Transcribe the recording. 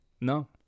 No